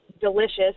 delicious